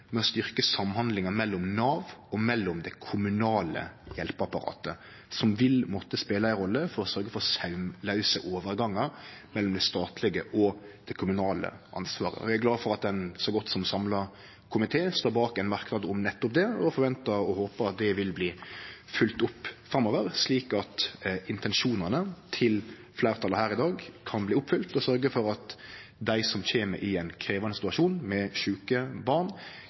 med å styrkje samhandlinga mellom Nav og det kommunale hjelpeapparatet, som vil måtte spele ei rolle for å sørgje for saumlause overgangar mellom det statlege og det kommunale ansvaret. Eg er glad for at ein så godt som samla komité står bak ein merknad om nettopp det, og eg forventar og håpar at det vil bli følgt opp framover, slik at intensjonane til fleirtalet her i dag kan bli oppfylt og sørgje for at dei som kjem i ein krevjande situasjon med sjuke barn,